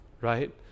right